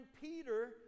Peter